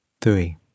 three